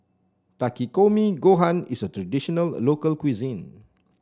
Takikomi Gohan is a traditional local cuisine